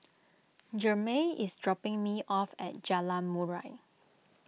Jermey is dropping me off at Jalan Murai